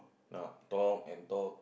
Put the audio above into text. ah talk and talk